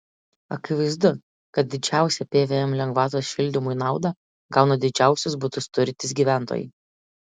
akivaizdu kad didžiausią pvm lengvatos šildymui naudą gauna didžiausius butus turintys gyventojai